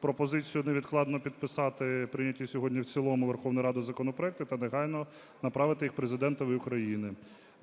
пропозицію невідкладно підписати прийняті сьогодні в цілому Верховною Радою законопроекти та негайно направити їх Президентові України.